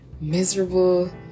miserable